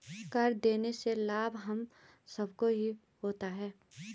कर देने से लाभ हम सबको ही होता है